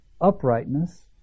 uprightness